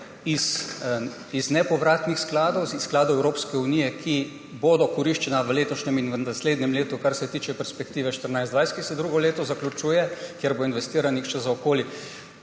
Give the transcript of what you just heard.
iz nepovratnih skladov, skladov Evropskem unije, ki bodo koriščeni v letošnjem in v naslednjem letu, kar se tiče perspektive 2014–2020, ki se drugo leto zaključuje, kjer bo investiranih še za okoli